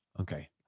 Okay